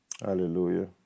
hallelujah